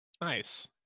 nice